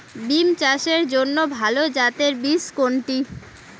বিম চাষের জন্য ভালো জাতের বীজ কোনটি?